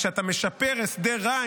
כשאתה משפר הסדר רע,